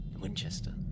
Winchester